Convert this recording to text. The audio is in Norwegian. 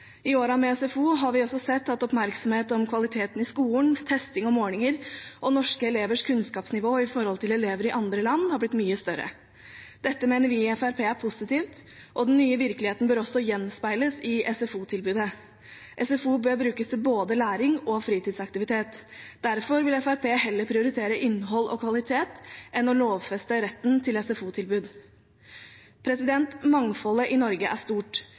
I årene med SFO har vi også sett at oppmerksomheten om kvalitet i skolen, testing og målinger og om norske elevers kunnskapsnivå i forhold til elever i andre land har blitt mye større. Dette mener vi i Fremskrittspartiet er positivt, og den nye virkeligheten bør også gjenspeiles i SFO-tilbudet. SFO bør brukes både til læring og til fritidsaktiviteter. Derfor vil Fremskrittspartiet heller prioritere innhold og kvalitet enn å lovfeste retten til SFO-tilbud. Mangfoldet i Norge er stort.